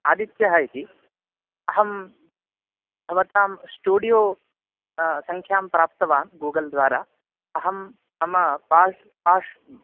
आदित्यः इति अहं भवतां श्टुडियो सङ्ख्यां प्राप्तवान् गूगल् द्वारा अहं मम पा पाशः